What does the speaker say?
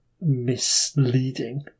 misleading